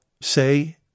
say